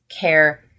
care